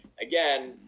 again